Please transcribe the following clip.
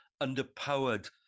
underpowered